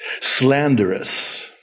slanderous